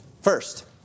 First